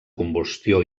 combustió